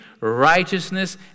righteousness